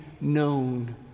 known